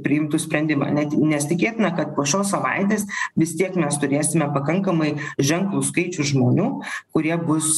priimtų sprendimą net nes tikėtina kad po šios savaitės vis tiek mes turėsime pakankamai ženklų skaičių žmonių kurie bus